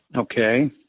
Okay